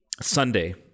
Sunday